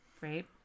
right